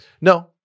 no